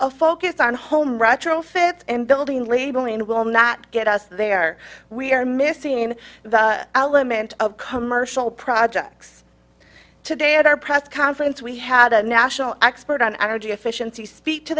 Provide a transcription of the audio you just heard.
a focus on home retrofit and building labeling will not get us there we are missing the element of commercial projects today at our press conference we had a national expert on energy efficiency speak to